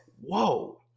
whoa